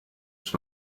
miss